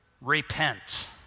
repent